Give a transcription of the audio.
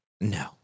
No